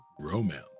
Romance